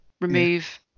remove